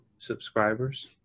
subscribers